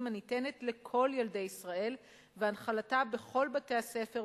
הניתנת לכל ילדי ישראל והנחלתה בכל בתי-הספר,